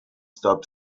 stop